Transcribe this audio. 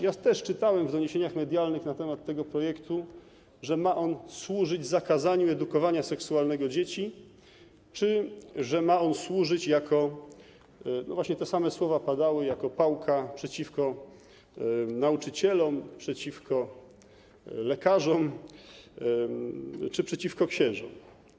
Ja też czytałem w doniesieniach medialnych na temat tego projektu, że ma on służyć zakazaniu edukowania seksualnego dzieci czy że ma on służyć jako - właśnie te same słowa padały - pałka przeciwko nauczycielom, przeciwko lekarzom czy przeciwko księżom.